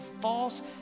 false